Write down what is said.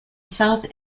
south